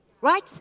right